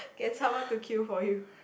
get someone to queue for you